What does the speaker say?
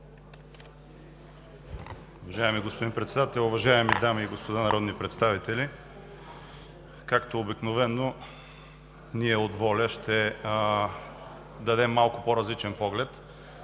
Уважаеми господин Председател, уважаеми дами и господа народни представители! Както обикновено, ние от „Воля“ ще дадем малко по-различен поглед.